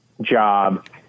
job